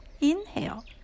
Inhale